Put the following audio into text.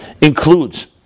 includes